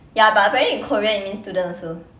but apparently in korean it means student also